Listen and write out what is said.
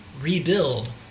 rebuild